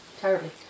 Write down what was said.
Terribly